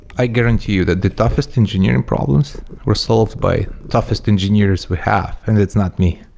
i guarantee you that the toughest engineering problems were solved by toughest engineers we have, and it's not me.